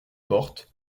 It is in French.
portes